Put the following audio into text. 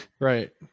Right